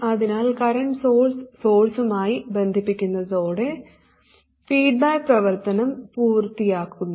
അതിനാൽ current source സോഴ്സുമായി ബന്ധിപ്പിക്കുന്നതൊടെ ഫീഡ്ബാക്ക് പ്രവർത്തനം പൂർത്തിയാക്കുന്നു